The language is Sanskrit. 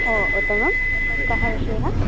ओ उत्तमं कः विषयः